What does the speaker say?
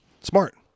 smart